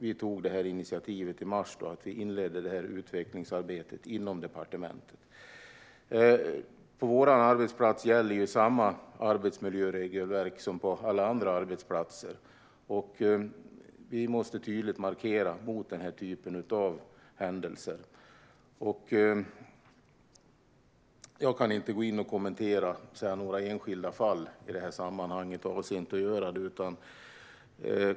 Vi tog initiativ i mars då vi inledde detta utvecklingsarbete inom departementet. På vår arbetsplats gäller samma arbetsmiljöregelverk som på alla andra arbetsplatser. Vi måste tydligt markera mot händelser som dessa. Jag kan dock inte kommentera några enskilda fall i detta sammanhang, och avser inte att göra det.